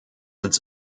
its